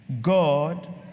God